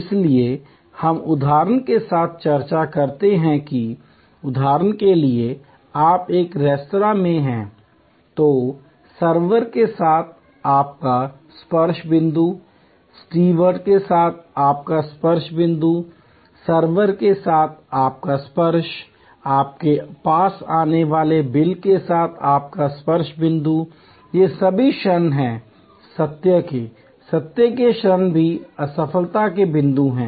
इसलिए हम उदाहरण के साथ चर्चा करते हैं कि उदाहरण के लिए आप एक रेस्तरां में हैं तो सर्वर के साथ आपका स्पर्श बिंदु स्टीवर्ड के साथ आपका स्पर्श बिंदु सर्वर के साथ आपका स्पर्श आपके पास आने वाले बिल के साथ आपका स्पर्श बिंदु ये सभी क्षण हैं सत्य के सत्य के क्षण भी असफलता के बिंदु हैं